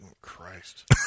Christ